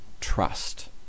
trust